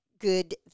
good